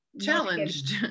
Challenged